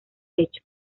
techo